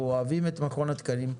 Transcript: אנחנו אוהבים את מכון התקנים.